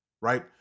right